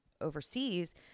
overseas